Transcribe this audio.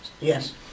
Yes